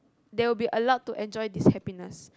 they will be allowed to enjoy this happiness